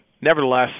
nevertheless